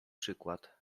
przykład